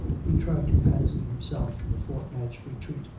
he tried to fancy him self in a fortnight's retreat,